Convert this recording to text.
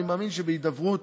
אני מאמין שבהידברות